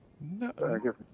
No